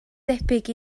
debyg